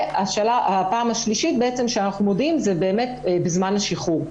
והפעם השלישית בעצם שאנחנו מודיעים זה באמת בזמן השחרור.